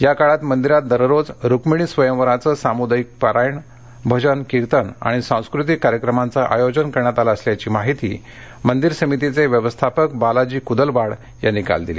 या काळात मंदिरात दररोज रुक्मिणी स्वयंवराचं सामुदायिक पारायण भजन कीर्तन आणि सांस्कृतिक कार्यक्रमांचं आयोजन करण्यात आलं असल्याची माहिती मंदिर समितीचे व्यवस्थापक बालाजी कुदलवाड यांनी काल दिली